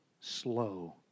slow